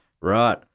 Right